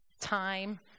time